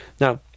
Now